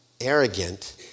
arrogant